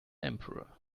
emperor